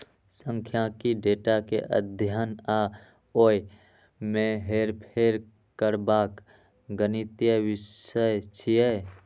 सांख्यिकी डेटा के अध्ययन आ ओय मे हेरफेर करबाक गणितीय विषय छियै